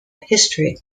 history